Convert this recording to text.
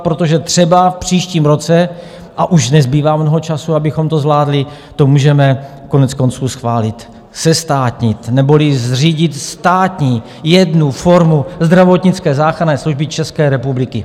Protože třeba v příštím roce a už nezbývá mnoho času, abychom to zvládli to můžeme koneckonců schválit, zestátnit neboli zřídit státní, jednu formu Zdravotnické záchranné služby České republiky.